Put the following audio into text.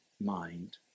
mind